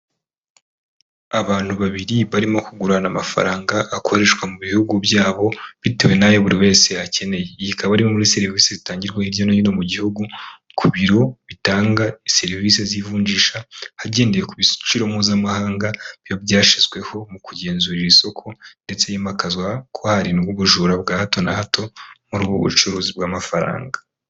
Abantu babiri barimo kugurana amafaranga akoreshwa mu bihugu byabo bitewe n'ayo buri wese akeneye ,ikaba ari muri serivisi zitangirwa hirya no hino mu gihugu ku biro bitanga serivisi z'ivunjisha hagendewe ku biciro mpuzamahanga iyo byashyizweho mu kugenzura iri isoko ndetse himakazwa ko harindwa ubujura bwa hato na hato muri ubu bucuruzi bw'amafaranga.